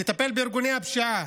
תטפל בארגוני הפשיעה,